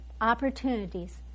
opportunities